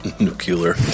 nuclear